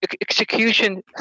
execution